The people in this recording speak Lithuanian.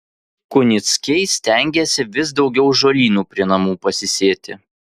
kunickiai stengiasi vis daugiau žolynų prie namų pasisėti